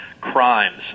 crimes